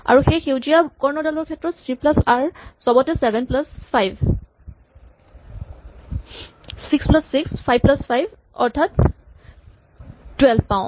আৰু এই সেউজীয়া কৰ্ণডালৰ ক্ষেত্ৰত চি প্লাচ আৰ চবতে seven plus five six plus six five plus seven অৰ্থাৎ ১২ পাওঁ